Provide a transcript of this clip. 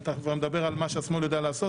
אם אתה כבר מדבר על מה שהשמאל יודע לעשות.